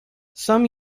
some